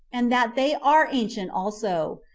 and that they are ancient also,